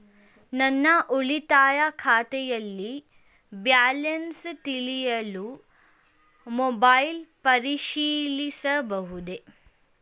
ನನ್ನ ಉಳಿತಾಯ ಖಾತೆಯಲ್ಲಿ ಬ್ಯಾಲೆನ್ಸ ತಿಳಿಯಲು ಮೊಬೈಲ್ ಪರಿಶೀಲಿಸಬಹುದೇ?